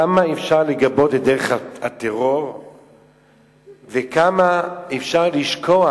כמה אפשר לגבות את דרך הטרור וכמה אפשר לשכוח,